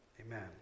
Amen